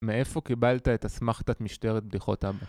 מאיפה קיבלת את אסמכתת משטרת בדיחות אבא?